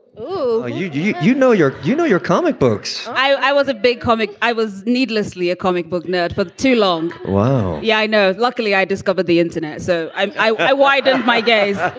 oh, you you know, your you know, your comic books i i was a big comic. i was needlessly a comic book nerd for but too long. wow. yeah, i know. luckily, i discovered the internet, so i i widened my gaze